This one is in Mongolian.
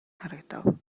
харагдав